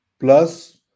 plus